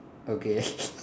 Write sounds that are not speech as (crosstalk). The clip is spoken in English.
okay (laughs)